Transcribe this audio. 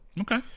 Okay